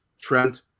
Trent